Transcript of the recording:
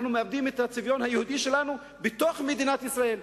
אנחנו מאבדים את הצביון היהודי שלנו בתוך מדינת ישראל.